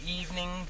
evening